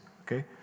Okay